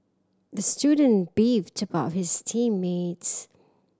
the student beefed about his team mates